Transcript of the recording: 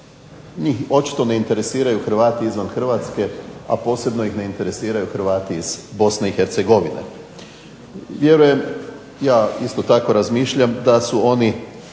njih očito ne interesiraju Hrvati izvan Hrvatske, a posebno ih ne interesiraju Hrvati iz BiH. Vjerujem ja isto tako razmišljam da su oni